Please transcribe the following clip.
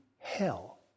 Hell